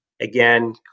Again